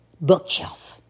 bookshelf